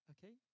Okay